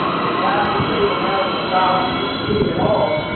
there's not the same amount of dollars, if any at all,